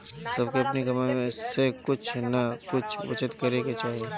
सबके अपनी कमाई में से कुछ नअ कुछ बचत करे के चाही